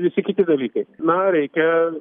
visi kiti dalykai na reikia